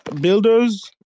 Builders